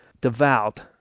devout